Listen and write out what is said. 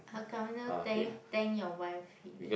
how come no thank thank your wife